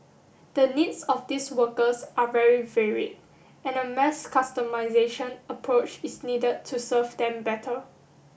the needs of these workers are very varied and a mass customisation approach is needed to serve them better